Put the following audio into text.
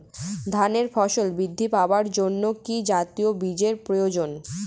ধানে ফলন বৃদ্ধি পাওয়ার জন্য কি জাতীয় বীজের প্রয়োজন?